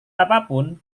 apapun